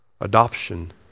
adoption